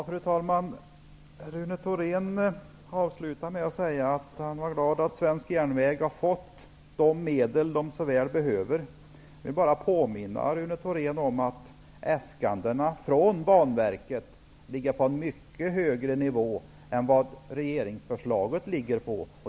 Fru talman! Rune Thorén avslutar med att säga att han är glad att svensk järnväg har fått de medel man så väl behöver. Jag vill bara påminna Rune Thorén om att äskandena från Banverket ligger på en mycket högre nivå än regeringsförslaget.